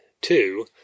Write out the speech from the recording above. two